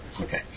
Okay